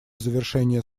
завершения